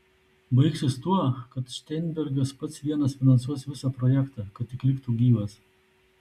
baigsis tuo kad šteinbergas pats vienas finansuos visą projektą kad tik liktų gyvas